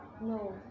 no